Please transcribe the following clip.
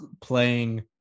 playing